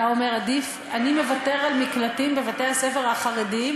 אתה אומר: אני מוותר על מקלטים בבתי-הספר החרדיים,